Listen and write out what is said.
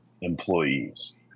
employees